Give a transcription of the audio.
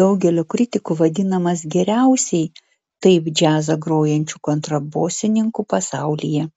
daugelio kritikų vadinamas geriausiai taip džiazą grojančiu kontrabosininku pasaulyje